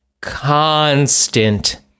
constant